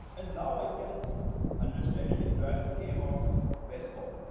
and now, i can understand and enjoy the game of baseball.